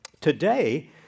Today